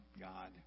God